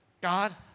God